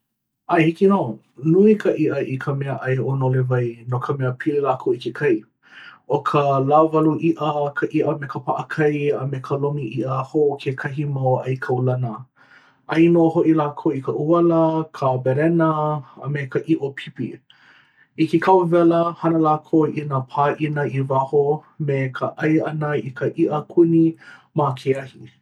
ʻAe, hiki nō. Nui ka iʻa i ka meaʻai o Nolewai, no ka mea, pili lākou i ke kai. ʻO ka lāwalu iʻa, ka iʻa me ka paʻakai, a me ka lomi iʻa hou kekahi mau ʻai kaulana. ʻAi nō hoʻi lākou i ka ʻuala, ka berena, a me ka iʻo pipi. I ke kau wela, hana lākou i nā pāʻina i waho me ka ʻai ʻana i ka iʻa kuni ma ke ahi.